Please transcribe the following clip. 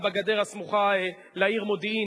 בגדר הסמוכה לעיר מודיעין,